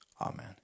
Amen